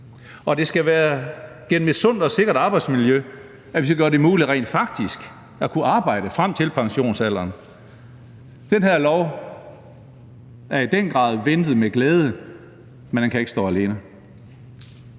Det skal være igennem et sundt og sikkert arbejdsmiljø, at vi skal gøre det muligt rent faktisk at kunne arbejde frem til pensionsalderen. Den her lov er i den grad ventet med glæde, men den kan ikke stå alene.